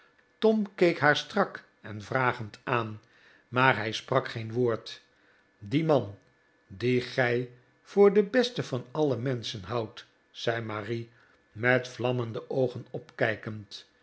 tom keek haar strak en vragend aan maar hij sprak geen woord die man dien gij voor den besten van alle menschen houdt zei marie met vlammende oogen opkijkend